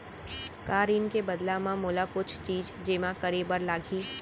का ऋण के बदला म मोला कुछ चीज जेमा करे बर लागही?